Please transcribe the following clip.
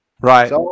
Right